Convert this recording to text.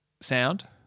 Sound